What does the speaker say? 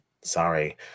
sorry